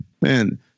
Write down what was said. Man